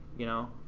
you know,